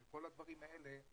כל הדברים האלה,